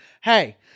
hey